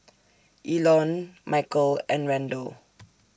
Elon Michale and Randle